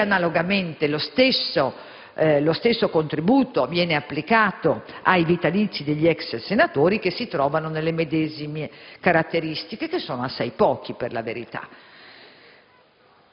Analogamente lo stesso contributo viene applicato ai vitalizi degli ex senatori che si trovano nelle medesime condizioni, che sono assai pochi per la verità.